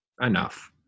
Enough